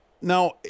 now